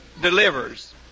delivers